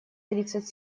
тридцать